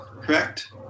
correct